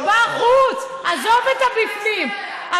מה ההיסטריה.